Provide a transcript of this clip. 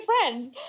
friends